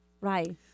right